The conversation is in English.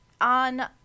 on